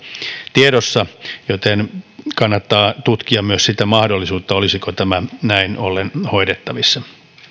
tiedossa joten kannattaa tutkia myös sitä mahdollisuutta olisiko tämä näin ollen hoidettavissa